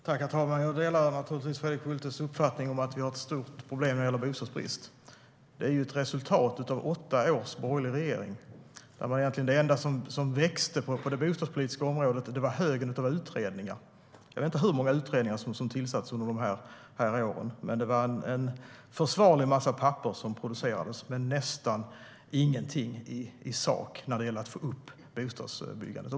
Herr talman! Jag delar naturligtvis Fredrik Schultes uppfattning att bostadsbristen är ett stort problem. Det är ett resultat av åtta års borgerlig regering. Det enda som växte på det bostadspolitiska området var högen av utredningar. Jag vet inte hur många utredningar som tillsattes under dessa år, men det var en försvarlig massa papper som producerades. Det kom dock inte fram något i sak när det gällde att öka bostadsbyggandet.